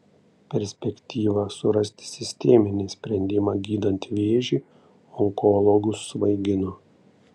perspektyva surasti sisteminį sprendimą gydant vėžį onkologus svaigino